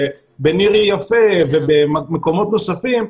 בניר יפה ובמקומות נוספים,